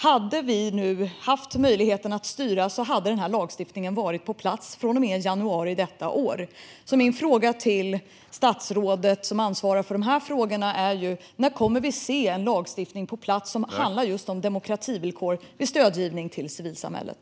Hade vi haft möjligheten att fortsätta styra hade lagstiftningen varit på plats från och med januari i år. Min fråga till det statsråd som ansvarar för dessa frågor är: När får vi en lagstiftning på plats som handlar om just demokrativillkor vid bidragsgivning till civilsamhället?